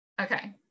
Okay